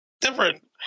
different